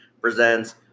presents